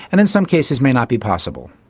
and in some cases may not be possible.